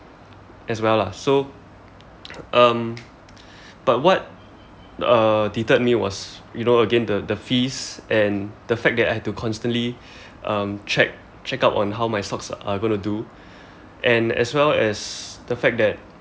as well lah so um but what uh deterred me was you know again the fees and the fact that I had to constantly um check check up on how my stocks are going to do and as well as the fact that